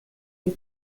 des